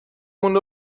مونده